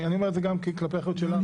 אני אומר את זה גם כלפי אחריות שלנו.